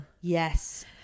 Yes